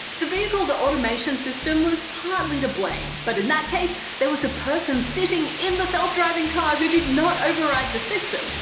the vehicle's automation system was partly to blame, but in that case there was a person sitting in the self driving car who did not override the system,